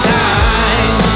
time